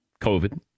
COVID